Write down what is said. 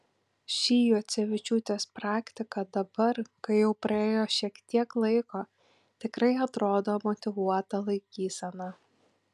ši juocevičiūtės praktika dabar kai jau praėjo šiek tiek laiko tikrai atrodo motyvuota laikysena